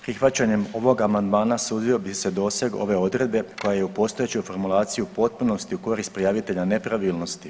Prihvaćanjem ovog amandmana osudio bi se doseg ove odredbe koja je u postojeću formulaciju u potpunosti u korist prijavitelja nepravilnosti.